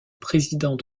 président